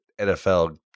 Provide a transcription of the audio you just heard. NFL